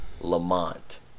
Lamont